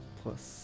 plus